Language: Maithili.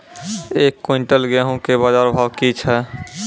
एक क्विंटल गेहूँ के बाजार भाव की छ?